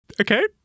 Okay